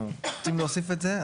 אנחנו רוצים להוסיף את זה,